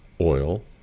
oil